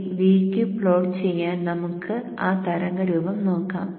ഇനി Vq plot ചെയ്യാൻ നമുക്ക് ആ തരംഗരൂപം നോക്കാം